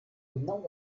genau